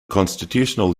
constitutional